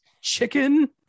Chicken